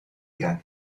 irán